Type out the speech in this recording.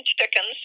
chickens